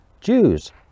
Jews